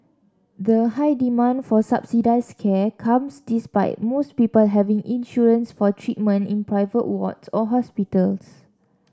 the high demand for subsidised care comes despite most people having insurance for treatment in private wards or hospitals